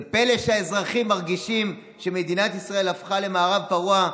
זה פלא שהאזרחים מרגישים שמדינת ישראל הפכה למערב פרוע?